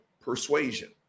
persuasion